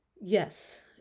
Yes